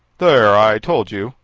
there! i told you,